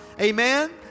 Amen